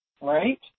right